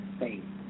faith